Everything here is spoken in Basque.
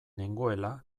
nengoela